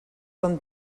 són